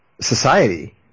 society